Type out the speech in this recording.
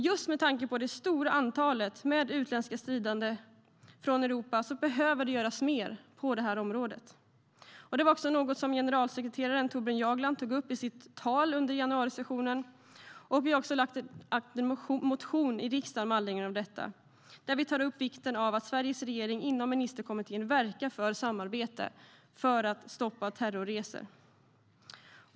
Just med tanke på det stora antalet utländska stridande från Europa behöver mer göras på detta område, något som generalsekreteraren Torbjörn Jagland också tog upp i sitt tal under januarisessionen. Vi har också väckt en motion i riksdagen med anledning av detta, där vi tar upp vikten av att Sverige inom ministerkommittén verkar för samarbete för att stoppa terrorresor.